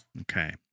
Okay